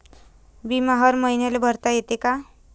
बिमा हर मईन्याले भरता येते का?